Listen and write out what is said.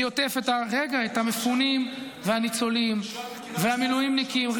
אני עוטף את המפונים והניצולים והמילואימניקים.